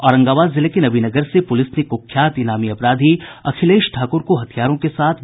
औरंगाबाद जिले के नवीनगर से पुलिस ने कुख्यात इनामी अपराधी अखिलेश ठाकुर को हथियारों के साथ गिरफ्तार किया है